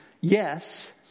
yes